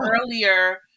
earlier